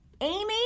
Amy